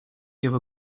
give